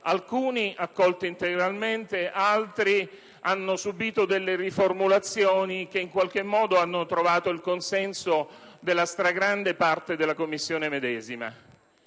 stati accolti integralmente, altri hanno subito riformulazioni che in qualche modo hanno trovato il consenso della stragrande maggioranza della Commissione medesima.